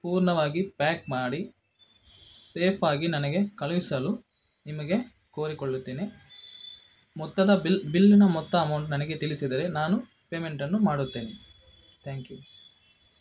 ಪೂರ್ಣವಾಗಿ ಪ್ಯಾಕ್ ಮಾಡಿ ಸೇಫಾಗಿ ನನಗೆ ಕಳುಹಿಸಲು ನಿಮಗೆ ಕೋರಿಕೊಳ್ಳುತ್ತೇನೆ ಮೊತ್ತದ ಬಿಲ್ ಬಿಲ್ನ ಮೊತ್ತ ಅಮೌಂಟ್ ನನಗೆ ತಿಳಿಸಿದರೆ ನಾನು ಪೇಮೆಂಟನ್ನು ಮಾಡುತ್ತೇನೆ ಥ್ಯಾಂಕ್ ಯು